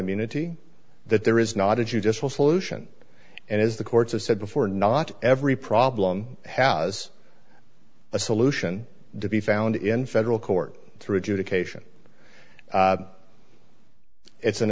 immunity that there is not a judicial solution and as the courts have said before not every problem has a solution to be found in federal court through education it's an